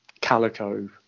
calico